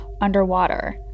underwater